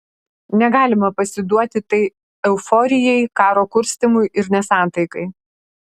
negalima pasiduoti tai euforijai karo kurstymui ir nesantaikai